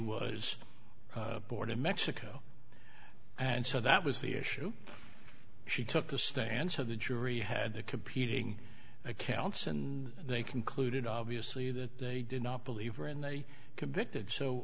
was born in mexico and so that was the issue she took the stand so the jury had the competing accounts and they concluded obviously that they did not believe her and they convicted so